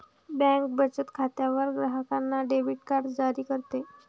bank बचत खात्यावर ग्राहकांना डेबिट कार्ड जारी करते